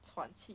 喘气